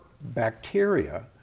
bacteria